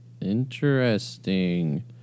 Interesting